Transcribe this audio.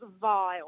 vile